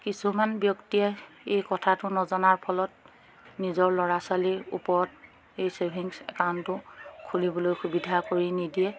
কিছুমান ব্যক্তিয়ে এই কথাটো নজনাৰ ফলত নিজৰ ল'ৰা ছোৱালীৰ ওপৰত এই ছেভিংছ একাউণ্টটো খুলিবলৈ সুবিধা কৰি নিদিয়ে